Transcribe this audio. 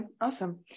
awesome